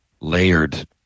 layered